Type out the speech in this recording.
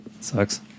sucks